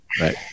Right